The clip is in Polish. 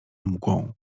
mgłą